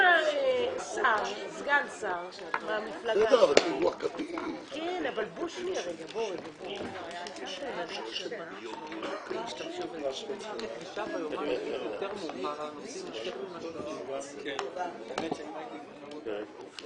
הישיבה ננעלה בשעה 12:40.